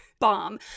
bomb